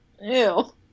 Ew